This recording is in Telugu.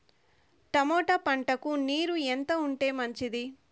టమోటా పంటకు నీరు ఎంత ఉంటే మంచిది?